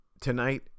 tonight